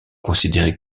considérée